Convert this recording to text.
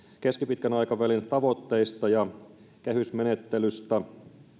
keskipitkän aikavälin tavoitteista ja kehysmenettelystä